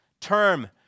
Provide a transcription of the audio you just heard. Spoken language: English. term